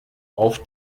auf